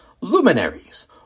luminaries